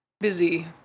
busy